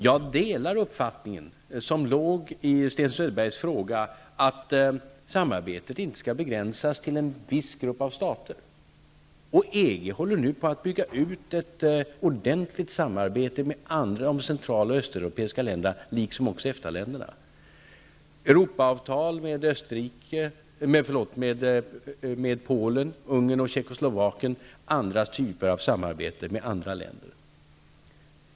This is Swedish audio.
Jag delar uppfattningen, som framkom i Sten Söderbergs fråga, att samarbetet inte skall begränsas till en viss grupp av stater. EG håller på att bygga ut ett ordentligt samarbete med centraloch östeuropeiska länderna liksom med EFTA länderna. Det gäller t.ex. ett Europaavtal med Polen, Ungern och Tjeckoslovakien och annan typ av samarbete med andra länder.